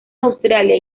australia